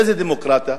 איזה דמוקרטיה?